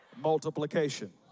multiplication